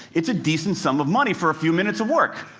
it's a decent sum of money for a few minutes of work.